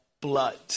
blood